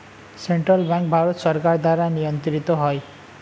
central bank Bharat সরকার দ্বারা নিয়ন্ত্রিত হয়